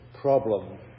problem